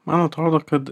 man atrodo kad